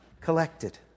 collected